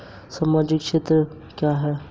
सामाजिक क्षेत्र व्यय क्या है?